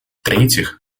третьих